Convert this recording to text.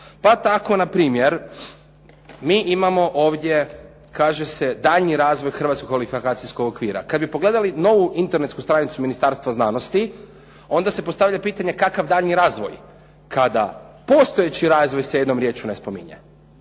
Pa tako npr. mi imamo ovdje, kaže se daljnji razvoj hrvatskog kvalifikacijskog okvira. Kad bi pogledali novu internetsku stranicu Ministarstva znanosti, onda se postavlja pitanje kakav daljnji razvoj kada postojeći razvoj se jednom riječju ne spominje,